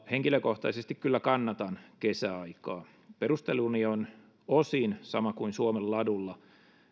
henkilökohtaisesti kyllä kannatan kesäaikaa perusteluni on osin sama kuin suomen ladulla